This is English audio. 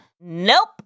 Nope